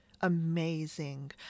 amazing